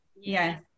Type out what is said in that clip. Yes